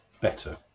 better